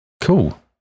Cool